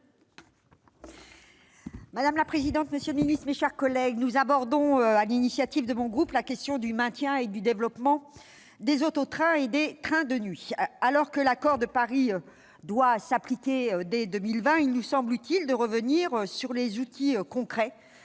Madame la présidente, monsieur le secrétaire d'État, mes chers collègues, nous abordons, sur l'initiative de mon groupe, la question du maintien et du développement des auto-trains et des trains de nuit. Alors que l'accord de Paris doit s'appliquer dès 2020, il nous semble utile de revenir sur les outils concrets